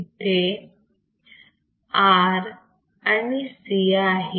इथे हा R आणि C आहे